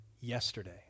yesterday